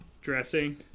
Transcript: Dressing